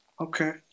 Okay